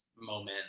moment